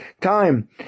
time